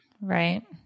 Right